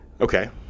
Okay